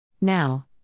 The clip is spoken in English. Now